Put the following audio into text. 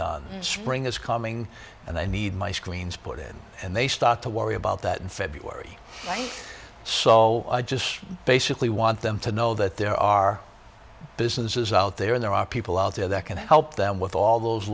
the spring is coming and i need my screens put in and they start to worry about that in february so i just basically want them to know that there are businesses out there there are people out there that can help them with all those